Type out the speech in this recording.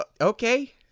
okay